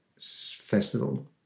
Festival